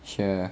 sure